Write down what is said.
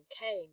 came